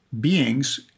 beings